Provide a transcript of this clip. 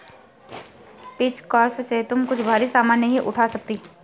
pitchfork से तुम कुछ भारी सामान नहीं उठा सकती